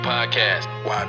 Podcast